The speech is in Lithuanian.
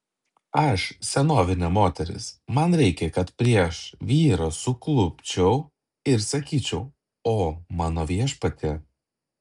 aš senovinė moteris man reikia kad prieš vyrą suklupčiau ir sakyčiau o mano viešpatie